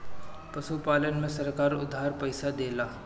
पशुपालन में सरकार उधार पइसा देला?